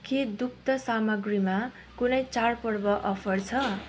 के दुग्ध सामग्रीमा कुनै चाडपर्व अफर छ